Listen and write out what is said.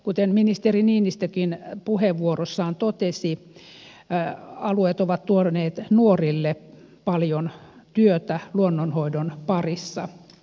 kuten ministeri niinistökin puheenvuorossaan totesi alueet ovat tuoneet nuorille paljon työtä luonnon hoidon parissa